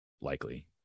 likely